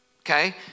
Okay